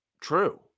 true